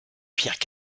pierres